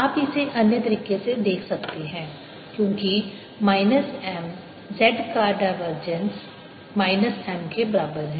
आप इसे अन्य तरीके से देख सकते हैं क्योंकि माइनस M dz का डायवर्जेंस माइनस M के बराबर है